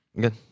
Good